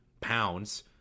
pounds